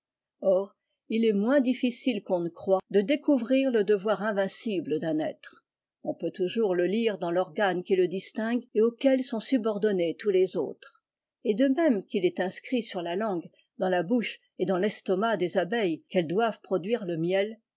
or il est moins difficile qu'on ne croit de découvrir le devoir invincible d'un être on peut toujours le lire dans l'organe qui le distingue et auquel sont subordonnés us les autres et de môme qu'il est inscrit sur langue dans la bouche et dans l'estomac des veilles qu'elles doivent produire le miel